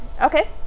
Okay